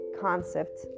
concept